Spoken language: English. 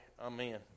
amen